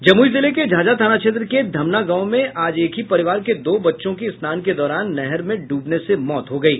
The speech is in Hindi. जमुई जिले के झाझा थाना क्षेत्र के धमना गांव में आज एक ही परिवार के दो बच्चों की स्नान के दौरान नहर में डूबने से मौत हो गयी